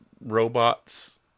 robots